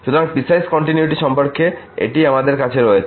সুতরাংপিসওয়াইস continuity সম্পর্কে এটিই আমাদের কাছে রয়েছে